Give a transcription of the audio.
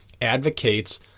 Advocates